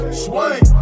swing